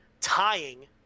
tying